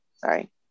Sorry